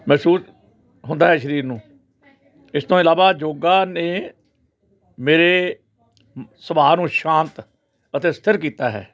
ਮਹਿਸੂਸ ਹੁੰਦਾ ਹੈ ਸਰੀਰ ਨੂੰ ਇਸ ਤੋਂ ਇਲਾਵਾ ਯੋਗਾ ਨੇ ਮੇਰੇ ਸੁਭਾਅ ਨੂੰ ਸ਼ਾਂਤ ਅਤੇ ਸਥਿਰ ਕੀਤਾ ਹੈ